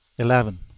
eleven.